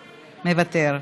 מוותר,